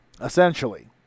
Essentially